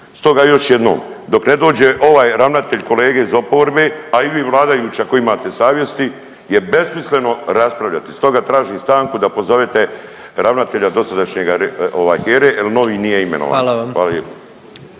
Stoga još jednom dok ne dođe ovaj ravnatelj kolege iz oporbe, a i vi vladajući ako imate savjesti je besmisleno raspravljati, stoga tražim stanku da pozovete ravnatelja dosadašnjega HERA-e jer novi nije imenovan. Hvala